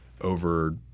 over